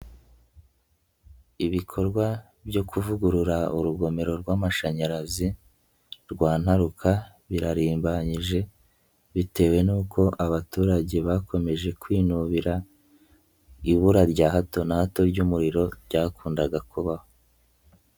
Ibikorwa byo kuvugurura urugomero rw'amashanyarazi, rwa Ntaruka birarimbanyije, bitewe n'uko abaturage bakomeje kwinubira, ibura rya hato na hato ry'umuriro ryakundaga kubaho.